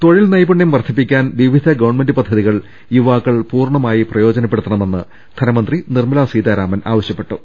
തൊഴിൽ നൈപുണ്യം വർദ്ധിപ്പിക്കാൻ വിവിധ ഗവൺമെന്റ് പദ്ധ തികൾ യുവാക്കൾ പൂർണമായി പ്രയോജനപ്പെടുത്തണമെന്ന് ധന മന്ത്രി നിർമ്മലാ സീതാരാമൻ ആവശ്യപ്പെട്ടു